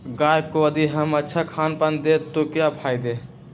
गाय को यदि हम अच्छा खानपान दें तो क्या फायदे हैं?